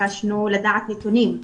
וביקשנו לדעת נתונים,